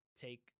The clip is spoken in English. take